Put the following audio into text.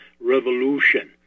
revolution